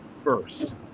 first